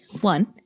One